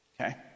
Okay